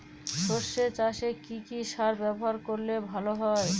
সর্ষে চাসে কি কি সার ব্যবহার করলে ভালো হয়?